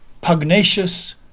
pugnacious